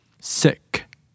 sick